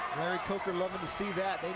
larry coker loving to see that.